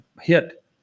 hit